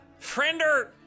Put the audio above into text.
friender